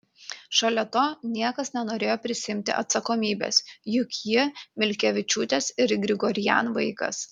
šalia to niekas nenorėjo prisiimti atsakomybės juk ji milkevičiūtės ir grigorian vaikas